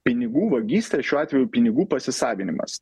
pinigų vagystė šiuo atveju pinigų pasisavinimas